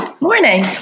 morning